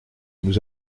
nous